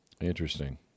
Interesting